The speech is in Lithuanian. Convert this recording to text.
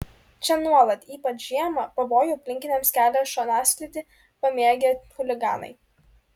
čia nuolat ypač žiemą pavojų aplinkiniams kelia šonaslydį pamėgę chuliganai